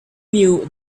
knew